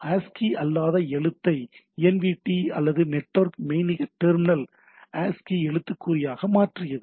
ASCII அல்லாத எழுத்தை NVT அல்லது நெட்வொர்க் மெய்நிகர் டெர்மினல் ஆஸ்கி எழுத்துக்குறியாக மாற்றியது